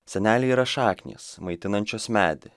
seneliai yra šaknys maitinančios medį